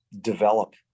develop